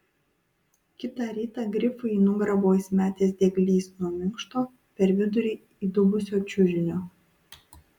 kitą rytą grifui į nugarą buvo įsimetęs dieglys nuo minkšto per vidurį įdubusio čiužinio